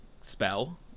spell